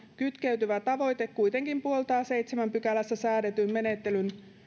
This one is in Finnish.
kytkeytyvä tavoite kuitenkin puoltaa seitsemännessä pykälässä säädetyn menettelyn